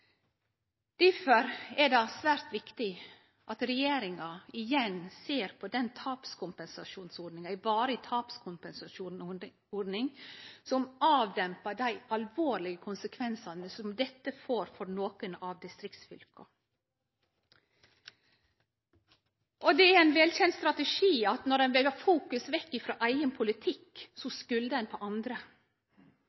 Difor er det svært viktig at regjeringa igjen ser på den tapskompensasjonsordninga, ei varig tapskompensasjonsordning, som dempar dei alvorlege konsekvensane som dette får for nokre av distriktsfylka. Det er ein velkjend strategi at når ein vil ha fokus vekk frå eigen politikk,